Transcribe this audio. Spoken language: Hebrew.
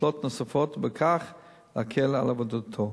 מטלות נוספות ובכך להקל על עבודתו.